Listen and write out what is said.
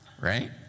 right